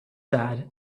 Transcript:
sad